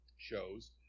Shows